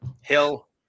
Hill